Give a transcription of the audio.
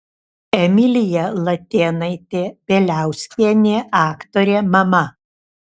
emilija latėnaitė bieliauskienė aktorė mama